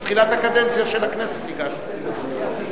הבנתי.